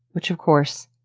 which of course,